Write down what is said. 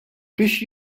biex